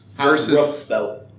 versus